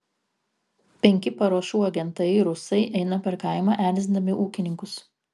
penki paruošų agentai rusai eina per kaimą erzindami ūkininkus